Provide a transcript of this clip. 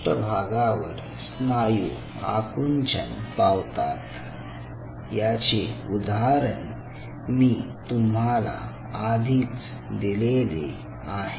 पृष्ठभागावर स्नायू आकुंचन पावतात याचे उदाहरण मी तुम्हाला आधीच दिलेले आहे